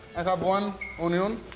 i have one onion.